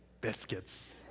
Biscuits